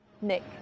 Nick